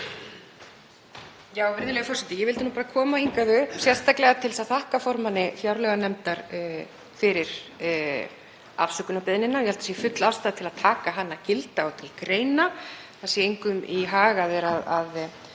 Virðulegi forseti. Ég vildi bara koma hingað upp sérstaklega til þess að þakka formanni fjárlaganefndar fyrir afsökunarbeiðnina. Ég held að full ástæða sé til að taka hana gilda og til greina, það sé engum í hag að vera að